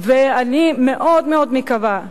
ואני מאוד מאוד מקווה,